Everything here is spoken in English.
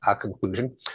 conclusion